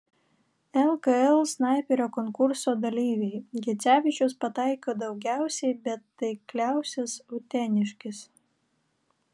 lkl snaiperio konkurso dalyviai gecevičius pataiko daugiausiai bet taikliausias uteniškis